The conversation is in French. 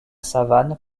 savane